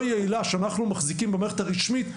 יעילה שאנחנו מחזיקים במערכת הרשמית,